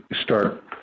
start